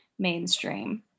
mainstream